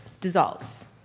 dissolves